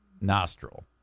nostril